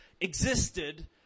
existed